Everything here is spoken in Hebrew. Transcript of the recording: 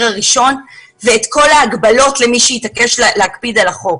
הראשון ואת כל ההגבלות למי שהתעקש להקפיד על החוק.